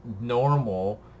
normal